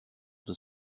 doit